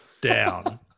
down